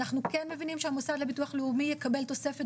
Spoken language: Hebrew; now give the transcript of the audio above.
אנחנו כן מבינים שהמוסד לביטוח לאומי יקבל תוספת